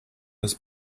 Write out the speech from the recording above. was